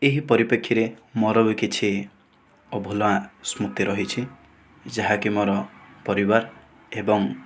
ଏହି ପରିପେକ୍ଷୀରେ ମୋ'ର ବି କିଛି ଅଭୁଲା ସ୍ମୃତି ରହିଛି ଯାହାକି ମୋ'ର ପରିବାର ଏବଂ